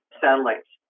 satellites